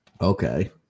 Okay